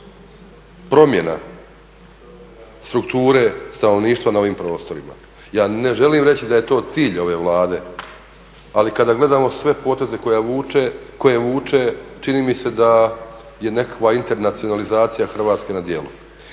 Promjena strukture stanovništva na ovim prostorima. Ja ne želim reći da je to cilj ove Vlade, ali kada gledamo sve poteze koje vuče čini mi se da je nekakva internacionalizacija Hrvatske na djelu.